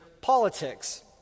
politics